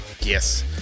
Yes